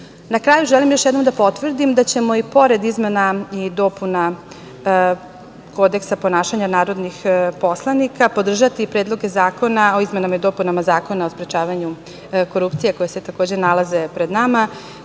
kraju, želim još jednom da potvrdim da ćemo i pored izmena i dopuna Kodeksa ponašanja narodnih poslanika podržati i predloge zakona o izmenama i dopunama Zakona o sprečavanju korupcije, koji se takođe nalazi pred nama,